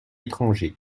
étrangers